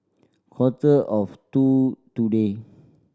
quarter of to two today